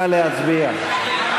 נא להצביע.